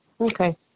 Okay